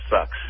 sucks